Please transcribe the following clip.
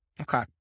Okay